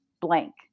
blank